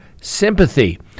sympathy